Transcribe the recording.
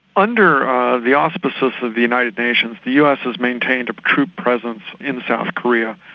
under ah the auspices of the united nations, the us has maintained a troop presence in south korea,